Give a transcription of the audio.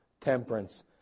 temperance